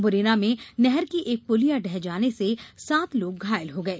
मुरैना में नहर की एक पुलिया ढ़ह जाने से सात लोग घायल हो गये